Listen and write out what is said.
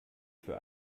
für